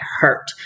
hurt